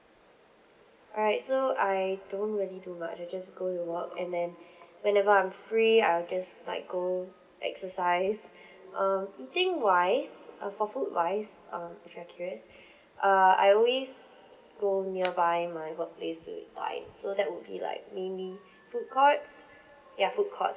alright so I don't really do much I just go to work and then whenever I'm free I'll just like go exercise uh eating wise uh for food wise um if you are curious err I always go nearby my workplace to dine so that would be like mainly food courts ya food court